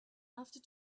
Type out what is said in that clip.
after